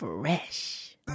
Fresh